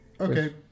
Okay